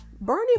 Bernie